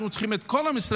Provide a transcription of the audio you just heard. אנחנו צריכים את כל המשרדים,